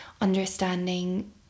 understanding